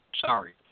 Sorry